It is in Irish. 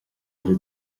eile